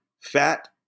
fat